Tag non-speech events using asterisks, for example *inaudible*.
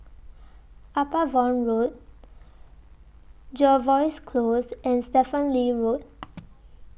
Upavon Road Jervois Close and Stephen Lee Road *noise*